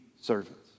servants